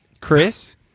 Chris